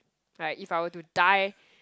like if I were to die